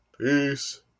Peace